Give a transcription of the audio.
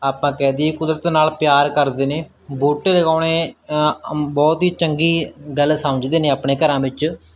ਆਪਾਂ ਕਹਿ ਦਈਏ ਕੁਦਰਤ ਨਾਲ ਪਿਆਰ ਕਰਦੇ ਨੇ ਬੂਟੇ ਲਗਾਉਣੇ ਬਹੁਤ ਹੀ ਚੰਗੀ ਗੱਲ ਸਮਝਦੇ ਨੇ ਆਪਣੇ ਘਰਾਂ ਵਿੱਚ